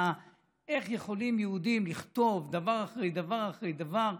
איך יכולים יהודים לכתוב דבר אחרי דבר אחרי דבר,